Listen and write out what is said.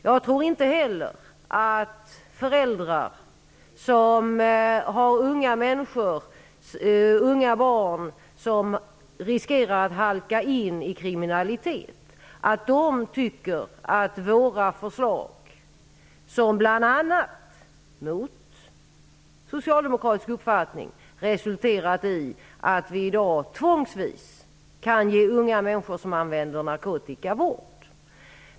Jag tror inte heller att föräldrar med unga barn som riskerar att halka in i kriminalitet tycker att våra förslag är dåliga. De har bl.a. resulterat i att vi i dag tvångsvis -- mot socialdemokratisk uppfattning -- kan ge unga människor som använder narkotika vård.